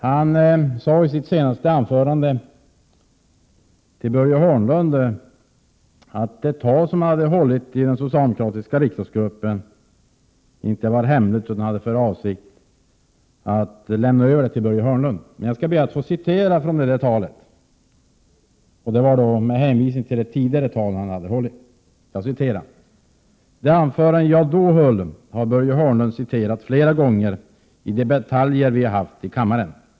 I sitt senaste inlägg i dag sade industriministern till Börje Hörnlund att det tal som han hade hållit i den socialdemokratiska riksdagsgruppen inte var hemligt utan att han hade för avsikt att lämna över en kopia till Börje Hörnlund. Jag skall här citera från nämnda tal, i vilket industriministern hänvisar till ett tidigare tal som han hållit: ”Det anförande jag då höll har Börje Hörnlund citerat flera gånger i de bataljer vi haft i kammaren.